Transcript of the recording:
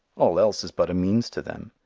all else is but a means to them.